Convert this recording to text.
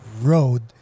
road